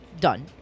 Done